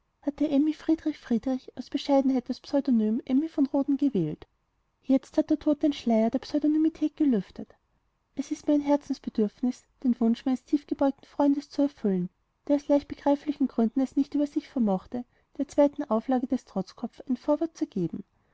hatte emmy friedrich friedrich aus bescheidenheit das pseudonym emmy von rhoden gewählt jetzt hat der tod den schleier der pseudonymität gelüftet es ist mir ein herzensbedürfnis den wunsch meines tiefgebeugten freundes zu erfüllen der aus leichtbegreiflichen gründen es nicht über sich vermochte der zweiten auflage des trotzkopf ein vorwort zu geben